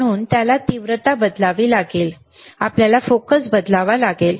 म्हणून त्याला तीव्रता बदलावी लागेल आपल्याला फोकस बदलावा लागेल